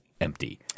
empty